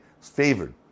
favored